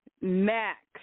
max